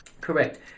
Correct